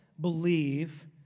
believe